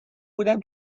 بودم